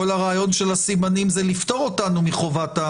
כל הרעיון של הסימנים זה לפטור אותנו מהחובה,